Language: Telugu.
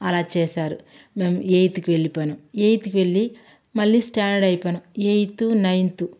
అలా చేసారు మేం ఎయిత్కి వెళ్ళిపోయినాం ఎయిత్కి వెళ్ళి మళ్ళీ స్టాండర్డ్ అయిపోయినాం ఎయితు నైన్తు